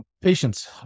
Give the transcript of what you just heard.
Patience